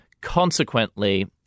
Consequently